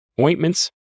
ointments